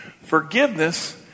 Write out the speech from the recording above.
Forgiveness